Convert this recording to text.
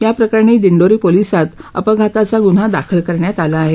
या प्रकरणी दिंडोरी पोलिसांत अपघाताचा गुन्हा दाखल करण्यात आला आहे